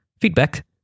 Feedback